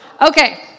Okay